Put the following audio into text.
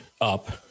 up